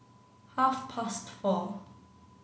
half past four